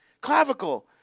clavicle